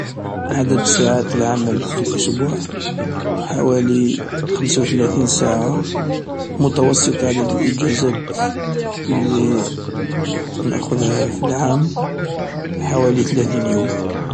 عدد ساعات العمل في الأسبوع هي حوالي خمسة وثلاثين ساعة، معدل الاجازات اللي نأخذها في العام حوالي ثلاثين يوم.